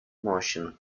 motion